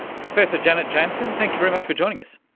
professor janet jansson, thank you very much for joining us.